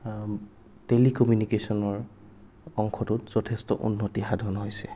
টেলি কমিউনিকেচনৰ অংশটোত যথেষ্ট উন্নতি সাধন হৈছে